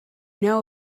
know